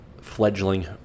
fledgling